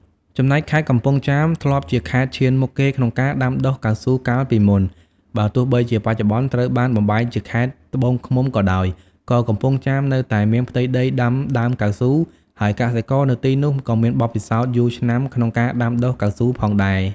ចំណែកខេត្តកំពង់ចាមធ្លាប់ជាខេត្តឈានមុខគេក្នុងការដាំដុះកៅស៊ូកាលពីមុន បើទោះបីជាបច្ចុប្បន្នត្រូវបានបំបែកជាខេត្តត្បូងឃ្មុំក៏ដោយ ក៏កំពង់ចាមនៅតែមានផ្ទៃដីដាំដើមកៅស៊ូ ហើយកសិករនៅទីនោះក៏មានបទពិសោធន៍យូរឆ្នាំក្នុងការដាំដុះកៅស៊ូផងដែរ។